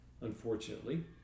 Unfortunately